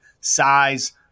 size